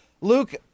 luke